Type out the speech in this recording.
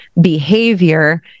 behavior